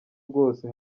bwose